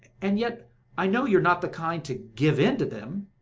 and yet i know you are not the kind to give in to them